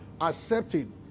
accepting